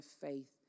faith